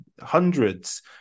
hundreds